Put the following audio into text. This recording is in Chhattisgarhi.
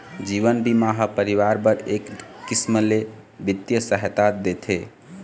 जीवन बीमा ह परिवार बर एक किसम ले बित्तीय सहायता देथे